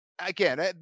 again